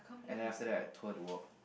and then after that I tour to work